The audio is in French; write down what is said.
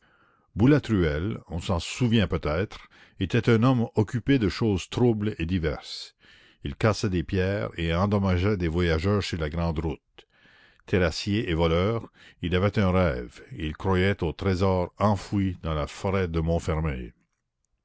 boulatruelle on s'en souvient peut-être était un homme occupé de choses troubles et diverses il cassait des pierres et endommageait des voyageurs sur la grande route terrassier et voleur il avait un rêve il croyait aux trésors enfouis dans la forêt de montfermeil